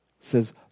says